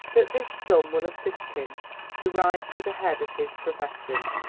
that this sum will assist him to rise to the head of his profession.